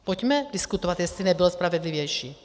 Pojďme diskutovat, jestli nebyl spravedlivější.